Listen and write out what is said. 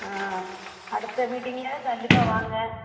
ஆ அடுத்த மீட்டிங்கிலேயாவது கண்டிப்பாக வாங்க